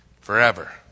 Forever